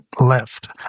left